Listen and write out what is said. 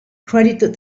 credited